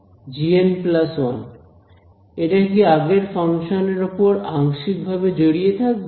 gn1 এটা কি আগের ফাংশানের উপর আংশিকভাবে জড়িয়ে থাকবে